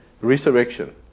resurrection